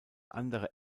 andere